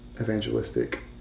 evangelistic